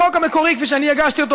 החוק המקורי כפי שאני הגשתי אותו,